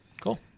Cool